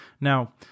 now